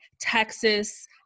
Texas